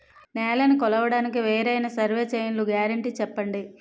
నేలనీ కొలవడానికి వేరైన సర్వే చైన్లు గ్యారంటీ చెప్పండి?